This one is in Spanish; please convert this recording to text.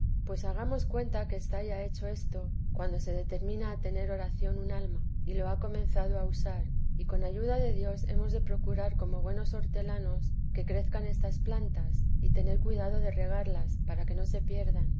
pues hagamos cuenta que está ya hecho esto cuando se determina a tener oración una alma y lo ha comenzado a usar y con ayuda de dios hemos de procurar como buenos hortelanos que crezcan estas plantas y tener cuidado de regarlas para que no se pierdan